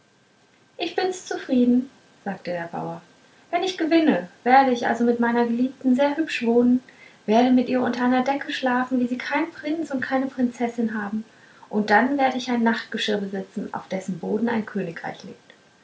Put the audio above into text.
ich bins zufrieden sagte der bauer wenn ich gewinne werde ich also mit meiner geliebten sehr hübsch wohnen werde mit ihr unter einer decke schlafen wie sie kein prinz und keine prinzessin haben und dann werde ich ein nachtgeschirr besitzen auf dessen boden ein königreich liegt